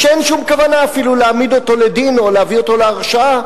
כשאין שום כוונה אפילו להעמיד אותו לדין או להביא אותו להרשעה,